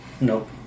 Nope